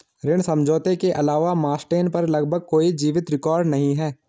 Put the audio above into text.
ऋण समझौते के अलावा मास्टेन पर लगभग कोई जीवित रिकॉर्ड नहीं है